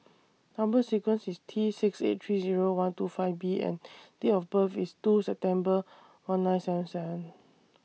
Number sequence IS T six eight three Zero one two five B and Date of birth IS two September one nine seven seven